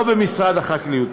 אבל לא במשרד החקלאות.